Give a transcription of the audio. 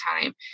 time